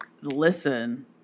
listen